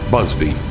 Busby